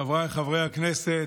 חבריי חברי הכנסת,